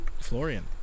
Florian